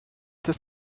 des